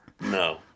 No